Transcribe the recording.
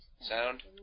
sound